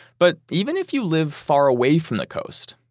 but even if you live far away from the coast,